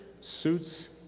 suits